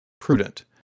prudent